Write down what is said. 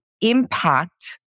impact